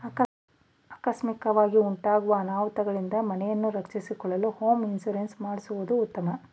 ಆಕಸ್ಮಿಕವಾಗಿ ಉಂಟಾಗೂ ಅನಾಹುತಗಳಿಂದ ಮನೆಯನ್ನು ರಕ್ಷಿಸಿಕೊಳ್ಳಲು ಹೋಮ್ ಇನ್ಸೂರೆನ್ಸ್ ಮಾಡಿಸುವುದು ಉತ್ತಮ